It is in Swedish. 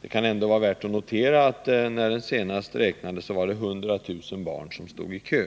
det kan ändå vara värt att notera att när den senast räknades stod 100 000 barn i kö.